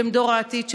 שהם דור העתיד שלנו,